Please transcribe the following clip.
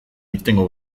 irtengo